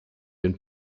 den